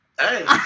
Hey